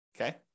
Okay